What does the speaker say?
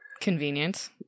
Convenience